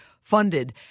funded